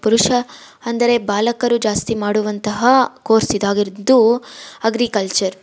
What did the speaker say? ಪುರುಷ ಅಂದರೆ ಬಾಲಕರು ಜಾಸ್ತಿ ಮಾಡುವಂತಹ ಕೋರ್ಸ್ ಇದಾಗಿದ್ದು ಅಗ್ರಿಕಲ್ಚರ್